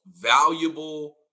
valuable